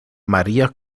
maria